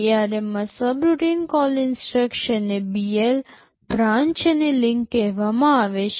ARM માં subroutine call ઇન્સટ્રક્શનને BL branch અને લિંક કહેવામાં આવે છે